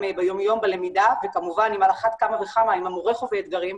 ביום-יום בלמידה וכמובן אם על אחת כמה וכמה אם המורה חווה אתגרים,